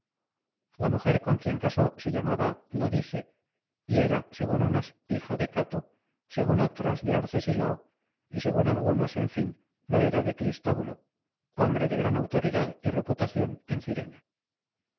la mujer con quien casó se llamaba ladice y era según unos hija de cato según otros de arcesilao y según algunos en fin lo era de cristóbulo hombre de gran autoridad y reputación en cirene